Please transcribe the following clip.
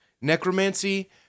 necromancy